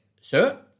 Sir